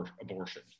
abortion